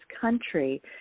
country